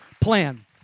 plan